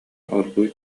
оргууй